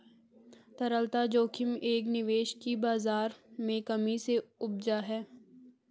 तरलता जोखिम एक निवेश की बाज़ार में कमी से उपजा है